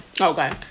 Okay